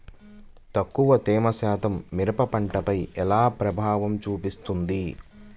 తక్కువ తేమ శాతం మిరప పంటపై ఎలా ప్రభావం చూపిస్తుంది?